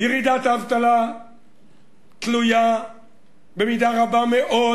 ירידת האבטלה תלויה במידה רבה מאוד